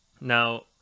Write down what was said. Now